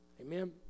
amen